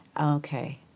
Okay